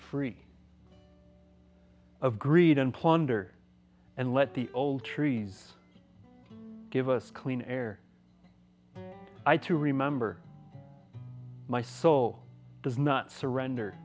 free of greed and plunder and let the old trees give us clean air i too remember my soul does not surrender